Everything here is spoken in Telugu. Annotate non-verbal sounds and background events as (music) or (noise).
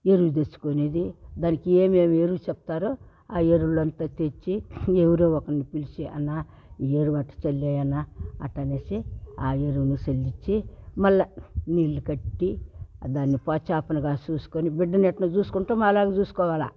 ఎరువు తెచ్చుకునేది దానికి ఏమేమి ఎరువు చెప్తారో ఆ ఎరువులంతా తెచ్చి ఎవరో ఒకర్ని పిలిచి అన్నా ఈ ఎరువు అట్టా చల్లేయి అన్నా అట్టా అనేసి ఆ ఎరువు చల్లించి మళ్ళా నీళ్లు కట్టి దాన్ని (unintelligible) గా చూసుకుని బిడ్డను ఎట్టా చూసుకుంటామో అలాగే చూసుకోవాలా